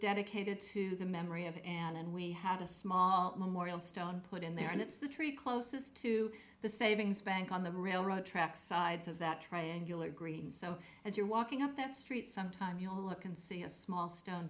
dedicated to the memory of it and we had a small memorial stone put in there and it's the tree closest to the savings bank on the railroad tracks sides of that triangular green so as you're walking up that street sometime you'll look and see a small stone